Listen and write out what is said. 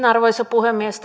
arvoisa puhemies